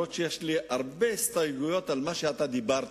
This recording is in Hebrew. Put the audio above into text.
אף-על-פי שיש לי הרבה הסתייגויות ממה שאתה אמרת,